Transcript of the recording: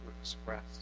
express